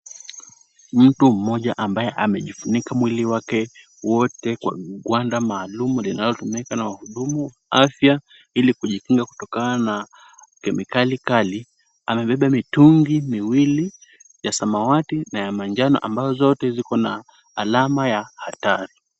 Mtu mmoja ambaye amejifunika mwili wake wote kwa gwanda maalum linalotumika na wahudumu wa afya ili kujikinga kutokana na kemikali kali. Amebeba mitungi miwili ya samawati na ya manjano ambayo zote ziko na alama ya hatari.